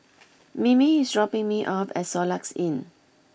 Mimi is dropping me off at Soluxe Inn